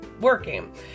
working